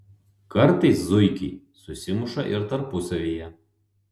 kartais zuikiai susimuša ir tarpusavyje